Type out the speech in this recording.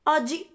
Oggi